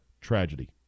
tragedy